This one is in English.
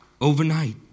Overnight